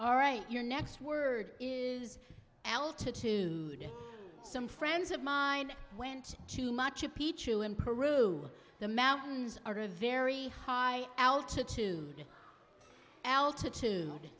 all right your next word is altitude and some friends of mine went to much of picchu in peru the mountains are very high altitude altitude